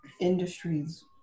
industries